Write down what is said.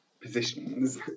positions